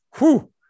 Whoo